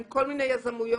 עם כל מיני יזמויות,